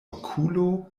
okulo